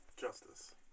Justice